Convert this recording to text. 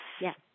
Yes